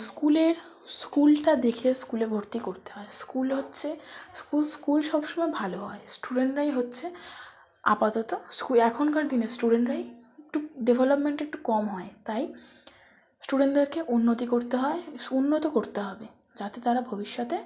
স্কুলের স্কুলটা দেখে স্কুলে ভর্তি করতে হয় স্কুল হচ্ছে স্কুল স্কুল সবসময় ভালো হয় স্টুডেন্টরাই হচ্ছে আপাতত স্কুলে এখনকার দিনের স্টুডেন্টরাই একটু ডেভেলপমেন্টটা একটু কম হয় তাই স্টুডেন্টদেরকে উন্নতি করতে হয় উন্নত করতে হবে যাতে তারা ভবিষ্যতে